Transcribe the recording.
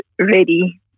ready